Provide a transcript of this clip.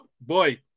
boy